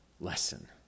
lesson